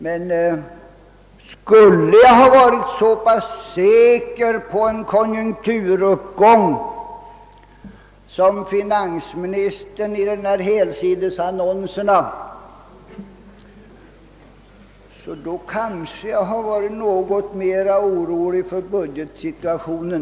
Men om jag varit så säker på en konjunkturuppgång som finansministern är i den helsidesannons jag tidigare omnämnde skulle jag kanske ha varit något mera orolig än han för budgetsituationen.